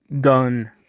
...done